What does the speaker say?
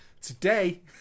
Today